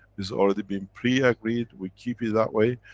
is already being pre agreed. we keep it that way.